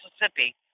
Mississippi